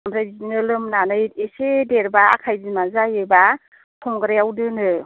ओमफ्राय बिदिनो लोमनानै एसे देरबा आखाय बिमा जायो बा संग्राइयाव दोनो